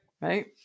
right